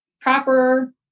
proper